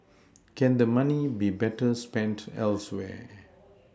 can the money be better spent elsewhere